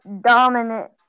dominant